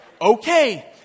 okay